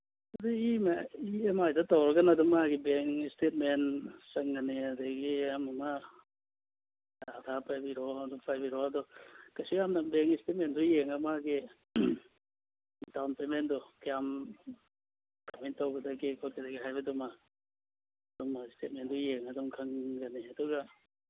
ꯑꯗꯨ E M ꯑꯥꯏꯗ ꯇꯧꯔꯒꯅ ꯑꯗꯨꯝ ꯃꯥꯒꯤ ꯕꯦꯡ ꯏꯁꯇꯦꯠꯃꯦꯟ ꯆꯪꯒꯅꯤ ꯑꯗꯒ ꯑꯃꯃ ꯑꯙꯥꯔ ꯄꯥꯏꯕꯤꯔꯛꯑꯣ ꯑꯗꯨ ꯄꯥꯏꯕꯤꯔꯛꯑꯣ ꯑꯗꯨ ꯀꯩꯁꯨ ꯌꯥꯝꯅ ꯕꯦꯡ ꯏꯁꯇꯦꯠꯃꯦꯟꯗꯣ ꯌꯦꯡꯉꯒ ꯃꯥꯒꯤ ꯗꯥꯎꯟ ꯄꯦꯃꯦꯟꯗꯣ ꯀꯌꯥꯝ ꯄꯦꯃꯦꯟ ꯇꯧꯒꯗꯒꯦ ꯈꯣꯠꯀꯗꯒꯦ ꯍꯥꯏꯕꯗꯨꯃ ꯑꯗꯨꯝꯕ ꯏꯁꯇꯦꯠꯃꯦꯟꯗꯣ ꯌꯦꯡꯉ ꯑꯗꯨꯝ ꯈꯪꯒꯅꯤ ꯑꯗꯨꯒ